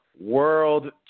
World